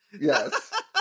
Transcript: Yes